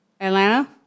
Atlanta